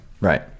Right